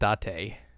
Date